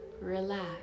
relax